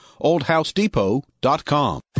OldHouseDepot.com